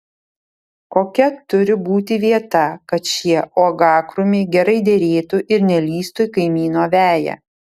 kokia turi būti vieta kad šie uogakrūmiai gerai derėtų ir nelįstų į kaimyno veją